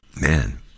Man